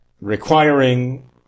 Requiring